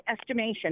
estimation